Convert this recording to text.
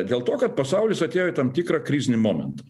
dėl to kad pasaulis atėjo į tam tikrą krizinį momentą